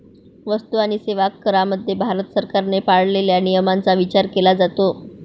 वस्तू आणि सेवा करामध्ये भारत सरकारने पाळलेल्या नियमांचा विचार केला जातो